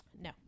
No